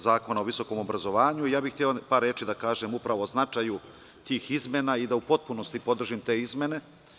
Zakona o visokom obrazovanju i ja bih hteo par reči da kažem upravo o značaju tih izmena i da u potpunosti podržim te izmene.